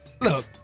look